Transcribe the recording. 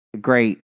great